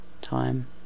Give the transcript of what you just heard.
Time